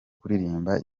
kuririmba